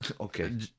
Okay